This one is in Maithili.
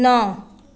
नओ